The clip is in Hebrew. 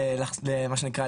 למה שנקרא,